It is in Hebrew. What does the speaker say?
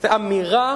זה אמירה